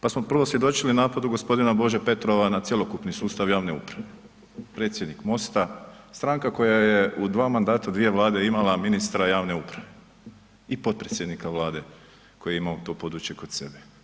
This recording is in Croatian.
Pa smo prvo svjedočili napadu g. Bože Petrova na cjelokupni sustav javne uprave, predsjednik MOST-a, stranka koja je u 2 mandata u 2 Vlade imala ministra javne uprave i potpredsjednika Vlade koji je imao to područje kod sebe.